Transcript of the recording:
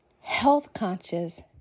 health-conscious